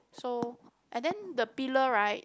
so and then the pillar right